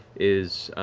is